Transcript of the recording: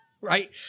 Right